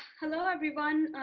hello, everyone.